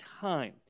time